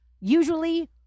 usually